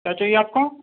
کیا چاہیے آپ کو